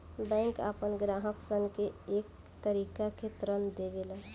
bank आपना ग्राहक सन के कए तरीका के ऋण देवेला